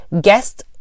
guest